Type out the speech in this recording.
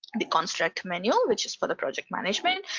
and the construct menu, which is for the project management,